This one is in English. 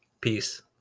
Peace